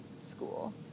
school